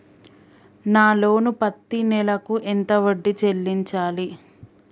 నా లోను పత్తి నెల కు ఎంత వడ్డీ చెల్లించాలి?